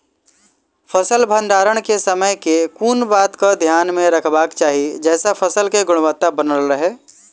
फसल भण्डारण केँ समय केँ कुन बात कऽ ध्यान मे रखबाक चाहि जयसँ फसल केँ गुणवता बनल रहै?